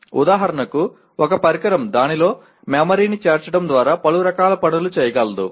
ఉదాహరణకు ఒక పరికరం దానిలో మెమరీని చేర్చడం ద్వారా పలు రకాల పనులను చేయగలదు